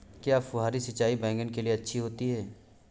क्या फुहारी सिंचाई बैगन के लिए अच्छी होती है?